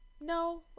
no